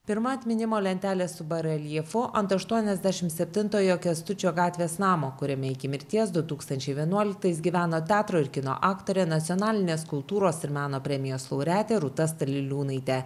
pirma atminimo lentelė su bareljefu ant aštuoniasdešim septintojo kęstučio gatvės namo kuriame iki mirties du tūkstančiai vienuoliktais gyveno teatro ir kino aktorė nacionalinės kultūros ir meno premijos laureatė rūta staliliūnaitė